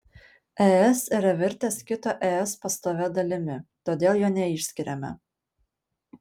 es yra virtęs kito es pastovia dalimi todėl jo neišskiriame